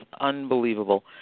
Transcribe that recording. unbelievable